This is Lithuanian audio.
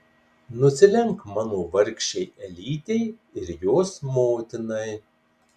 nusilenk mano vargšei elytei ir jos motinai